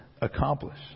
accomplish